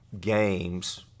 games